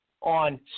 on